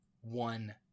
one